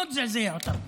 מאוד זעזע אותם.